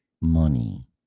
money